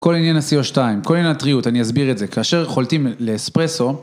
כל עניין ה-CO2, כל עניין הטריות, אני אסביר את זה, כאשר חולטים לאספרסו